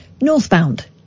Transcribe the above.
Northbound